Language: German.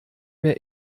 mehr